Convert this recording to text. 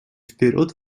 вперед